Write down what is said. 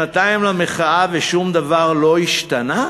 שנתיים למחאה ושום דבר לא השתנה?